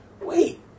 wait